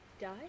died